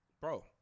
Bro